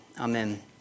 Amen